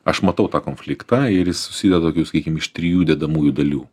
aš matau tą konfliktą ir jis susideda sakykim iš trijų dedamųjų dalių